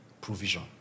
provision